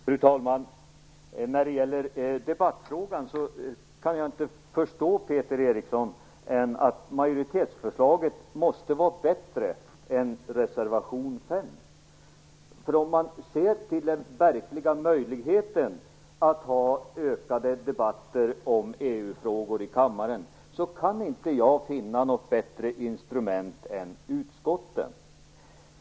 Fru talman! När det gäller debattfrågan kan jag inte förstå annat än att majoritetsförslaget måste vara bättre än reservation 5, Peter Eriksson. Om man ser till den verkliga möjligheten till fler debatter i EU frågor i kammaren kan jag inte finna något bättre instrument än utskotten.